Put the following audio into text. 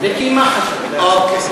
אוקיי.